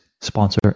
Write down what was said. sponsor